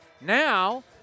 Now